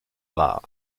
wahr